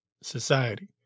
society